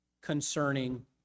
Concerning